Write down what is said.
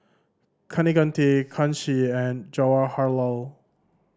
Kaneganti Kanshi and Jawaharlal